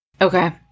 Okay